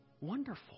wonderful